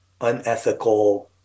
unethical